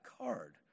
card